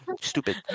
stupid